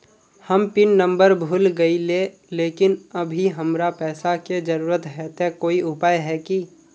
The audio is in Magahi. हम पिन नंबर भूल गेलिये लेकिन अभी हमरा पैसा के जरुरत है ते कोई उपाय है की?